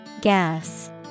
Gas